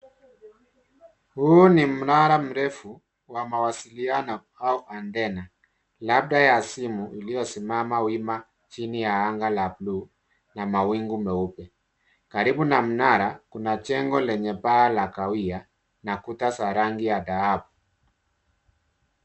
Huu ni mnara mrefu wa mawasiliano au antennae , labda ya simu iliyosimama wima chini ya anga la buluu na mawingu meupe. Karibu na mnara kuna jengo lenye paa la kahawia na kuta za rangi ya dhahabu.